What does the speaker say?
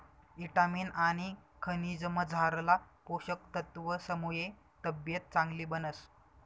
ईटामिन आनी खनिजमझारला पोषक तत्वसमुये तब्येत चांगली बनस